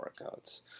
workouts